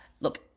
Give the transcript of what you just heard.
look